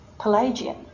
Pelagian